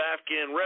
Afghan